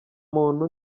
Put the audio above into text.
muntu